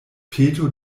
peto